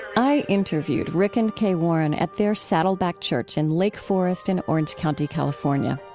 i interviewed rick and kay warren at their saddleback church in lake forest in orange county, california.